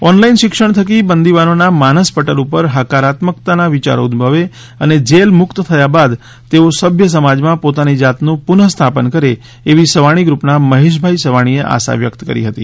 online શિક્ષણ થકી બંદિવાનોના માનસપટલ ઉપર હકારાત્મકતાના વિયારો ઉદ્દભવે અને જેલમુક્ત થયા બાદ તેઓ સભ્ય સમાજમાં પોતાની જાતનું પુનઃસ્થાપન કરે એવી સવાણી ગૃપના મહેશભાઈ સવાણીએ આશા વ્યકત કરી હતી